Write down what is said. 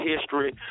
history